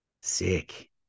Sick